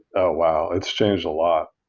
oh, wow! it's changed a lot.